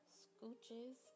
scooches